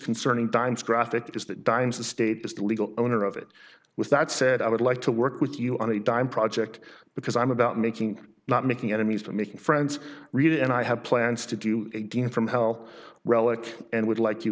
concerning times graphic is that dymes the state is legal owner of it was that said i would like to work with you on a dime project because i'm about making not making enemies but making friends read it and i have plans to do it again from hell relic and would like you